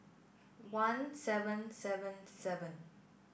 one seven seven seven